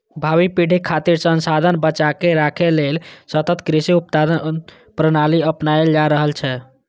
भावी पीढ़ी खातिर संसाधन बचाके राखै लेल सतत कृषि उत्पादन प्रणाली अपनाएल जा रहल छै